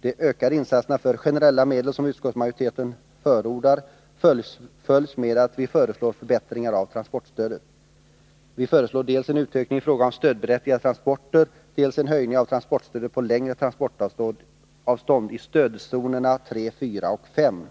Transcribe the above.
De ökade insatser av generella medel som utskottsmajoriteten förordar fullföljs med att vi föreslår förbättringar av transportstödet. Vi föreslår dels en utökning i fråga om stödberättigade transporter, dels en höjning av transportstödet på längre transportavstånd i stödzonerna 3, 4 och 5.